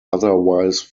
otherwise